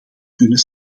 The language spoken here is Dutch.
kunnen